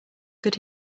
could